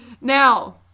Now